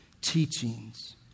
teachings